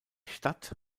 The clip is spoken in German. stadt